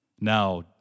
Now